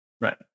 Right